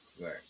right